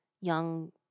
young